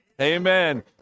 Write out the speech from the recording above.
Amen